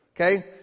Okay